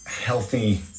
healthy